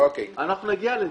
נגיע לזה.